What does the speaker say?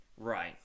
Right